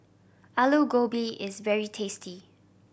Alu Gobi is very tasty